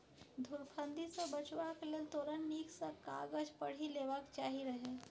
धुरफंदी सँ बचबाक लेल तोरा नीक सँ कागज पढ़ि लेबाक चाही रहय